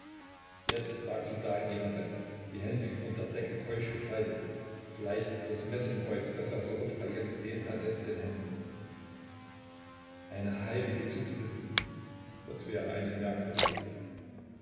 jetzt lag sie da in ihrem bette die hände über der decke keusch gefaltet vielleicht das messingkreuz das er so oft bei ihr gesehen hatte in den händen eine heilige zu besitzen das wäre eine merkwürdige sache